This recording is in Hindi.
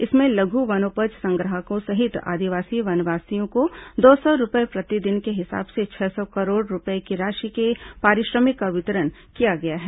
इसमें लघु वनोपज संग्राहकों सहित आदिवासी वनवासियों को दो सौ रूपये प्रतिदिन के हिसाब से छह सौ करोड़ रूपये की राशि के पारिश्रमिक का वितरण किया गया है